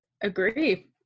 agree